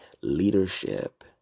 leadership